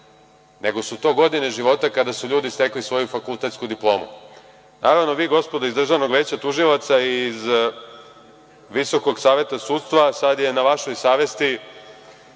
nego su to godine života kada su ljudi stekli svoju fakultetsku diplomu. Naravno, gospodo, vi iz Državnog veća tužilaca i iz Visokog saveta sudstva, sada je na vašoj savesti